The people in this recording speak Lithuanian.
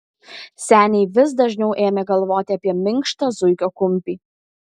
seniai vis dažniau ėmė galvoti apie minkštą zuikio kumpį